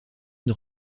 une